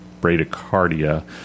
bradycardia